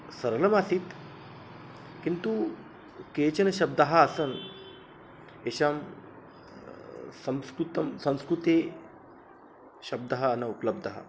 सरलमासीत् किन्तु केचन शब्दाः आसन् एषां संस्कृतं संस्कृते शब्दः न उपलब्धः